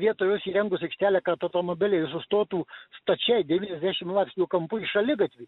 vietoj jos įrengus aikštelę kad automobiliai sustotų stačiai devyniasdešim laipsnių kampu į šaligatvį